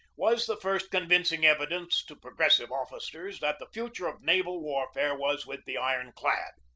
was the first convincing evidence to progressive officers that the future of naval warfare was with the iron-clad.